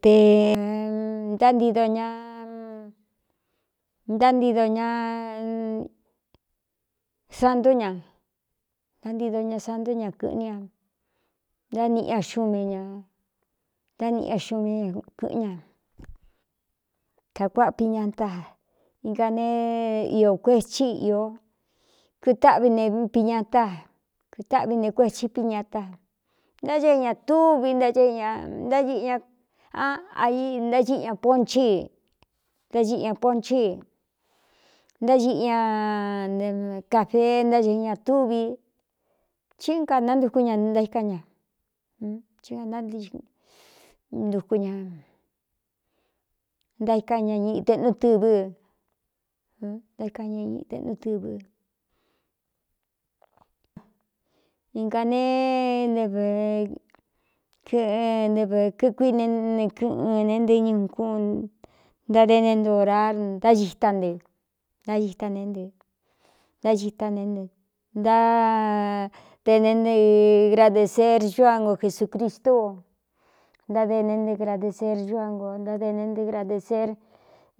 Te nándnándsanú antánti do ña santú ña kɨ̄ꞌɨ́n ia ntániꞌi ña xumi ña ntániꞌi a xumí kɨ̄ꞌɨn ña kakuáꞌa piñata inga nee iō kuechi īó ktáꞌvi ne piñatá kɨtáꞌvi ne kuethi piñata ntá ce é ña túvi náe ñnáiꞌɨ ñaan ai ntáɨꞌi ña ponchi i ntá iꞌi ña ponchi náꞌi ñcafee ná ɨ ña túvi í anantku ña naíkaan ñaí nk ñnaaññeꞌ tɨvɨ́naka ñañeꞌnú ɨvɨa nenevē kɨkuí ne kɨꞌɨn ne ntɨ ñukúu ntáde ne nto ora áiánnáiá ne nɨnáitá ne nɨ ntáde ne negradeser cú a ngo jesūcristu o ntáde ne ntegradeser ñú a ngo ntáde ne ntegradēser